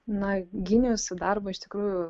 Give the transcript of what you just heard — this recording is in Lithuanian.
na gyniausi darbą iš tikrųjų